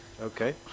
Okay